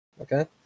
okay